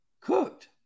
cooked